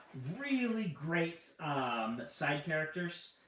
really great um side characters,